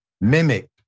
mimic